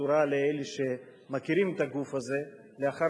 בשורה לאלה שמכירים את הגוף הזה: לאחר